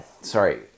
Sorry